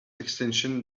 extension